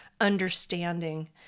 understanding